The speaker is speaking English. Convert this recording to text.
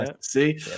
See